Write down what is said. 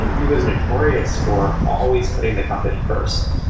he was notorious for always putting the company first.